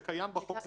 זה קיים בחוק,